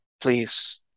Please